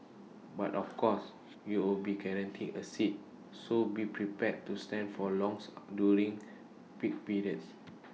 but of course you would be guaranteed A seat so be prepared to stand for long during peak periods